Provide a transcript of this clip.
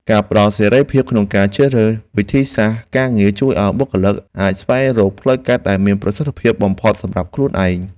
ការផ្តល់សេរីភាពក្នុងការជ្រើសរើសវិធីសាស្ត្រការងារជួយឱ្យបុគ្គលិកអាចស្វែងរកផ្លូវកាត់ដែលមានប្រសិទ្ធភាពបំផុតសម្រាប់ខ្លួនឯង។